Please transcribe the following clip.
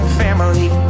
family